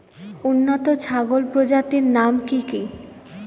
উন্নত ছাগল প্রজাতির নাম কি কি?